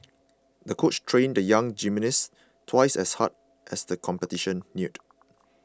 the coach trained the young gymnast twice as hard as the competition neared